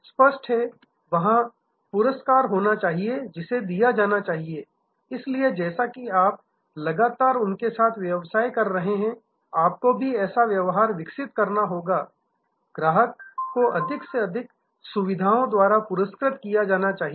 स्पष्ट है वहाँ पुरस्कार होना चाहिए जिसे दिया जाना चाहिए इसलिए जैसा कि आप लगातार उनके साथ व्यवसाय कर रहे हैं आपको भी ऐसा व्यवहार विकसित करना होगा ग्राहक को अधिक से अधिक सुविधाओं द्वारा पुरस्कृत करना चाहिए